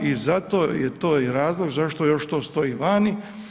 I zato je to i razlog zašto još to stoji vani.